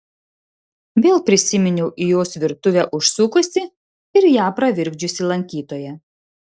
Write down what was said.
vėl prisiminiau į jos virtuvę užsukusį ir ją pravirkdžiusį lankytoją